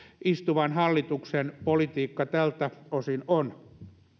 istuvan hallituksen politiikka tältä osin on